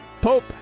Pope